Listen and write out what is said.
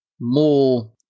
more